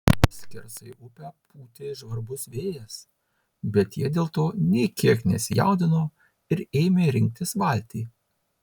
skersai upę pūtė žvarbus vėjas bet jie dėl to nė kiek nesijaudino ir ėmė rinktis valtį